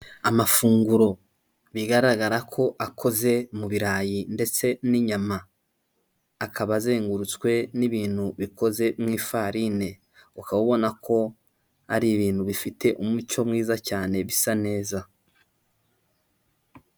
Amafunguro bigaragara ko akoze mu birayi ndetse n'inyama akaba azengurutswe n'ibintu bikoze mu ifarine ukaba ubona ko ari ibintu bifite umucyo mwiza cyane bisa neza.